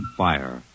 fire